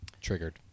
triggered